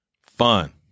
Fun